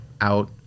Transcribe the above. out